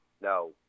No